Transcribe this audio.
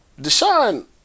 Deshaun